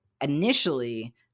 initially